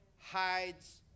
hides